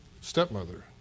stepmother